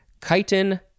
chitin